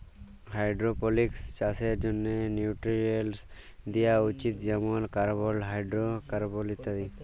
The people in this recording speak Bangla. হাইডোরোপলিকস চাষের জ্যনহে নিউটিরিএন্টস দিয়া উচিত যেমল কার্বল, হাইডোরোকার্বল ইত্যাদি